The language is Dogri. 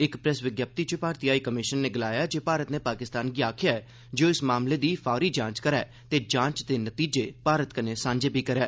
इक प्रेस विज्ञप्ति च भारती हाई कमिशन नै गलाया ऐ जे भारत नै पाकिस्तान गी आखेआ ऐ जे ओह् इस मामले दी फौरी जांच करै ते जांच दे नतीजे भारत कन्नै सांझे बी करै